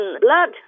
blood